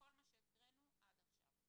כל מה שקראנו עד עכשיו.